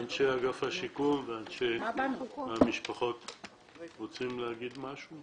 אנשי אגף השיקום ואנשי המשפחות רוצים להגיד משהו?